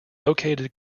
located